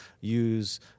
use